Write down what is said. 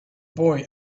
boy